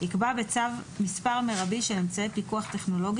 יקבע בצו מספר מרבי של אמצעי פיקוח טכנולוגי